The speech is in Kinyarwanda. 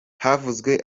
havuzwe